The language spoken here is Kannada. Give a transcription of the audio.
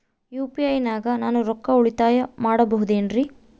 ಯು.ಪಿ.ಐ ನಾಗ ನಾನು ರೊಕ್ಕ ಉಳಿತಾಯ ಮಾಡಬಹುದೇನ್ರಿ?